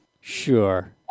Sure